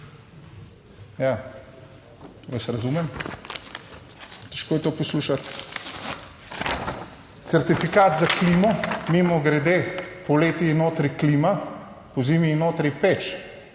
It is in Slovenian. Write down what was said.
težko je to poslušati. Certifikat za klimo, mimogrede poleti je notri klima, pozimi notri peč